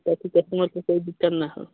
ताकि कस्टमर को कोई दिक्कत ना हो